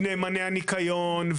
והקנסות של ניקיון,